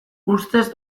ustez